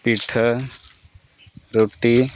ᱯᱤᱴᱷᱟᱹ ᱨᱩᱴᱤ